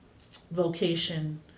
vocation